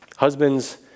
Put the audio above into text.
Husbands